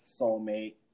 soulmate